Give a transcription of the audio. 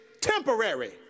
temporary